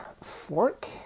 fork